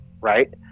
right